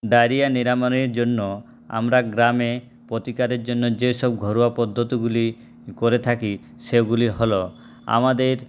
diarrhoea নিরামনের জন্য আমরা গ্রামে প্রতিকারের জন্য যেসব ঘরোয়া পদ্ধতিগুলি করে থাকি সেগুলি হল আমাদের